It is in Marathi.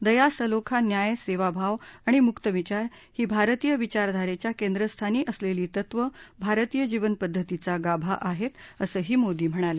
दया सलोखा न्याय सेवाभाव आणि मुक्त विचार ही भारतीय विचारधारेच्या केंद्रस्थानी असलेली तत्व भारतीय जीवनपद्वतीचा गाभा आहेत असंही मोदी म्हणाले